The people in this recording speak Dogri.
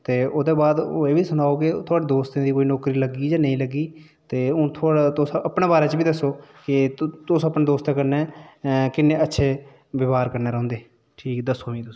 ते ओह्दे बाद एह् बी सुनाओ कि थुआढ़े दोस्तें दी कोई नौकरी लग्गी जां नेईं लग्गी ते हून तुस अपने बारे च बी दस्सो कि तुस अपने दोस्तें कन्नै किन्नै अच्छे वेहार कन्नै रौंह्दे